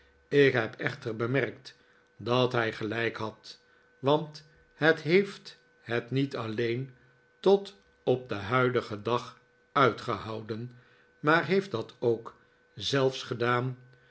ik heb echter bemerkt dat hij gelijk had want het heeft het niet alleen tot op den huidigen dag uitgehouden maar heeft dat ook zelfs gedaan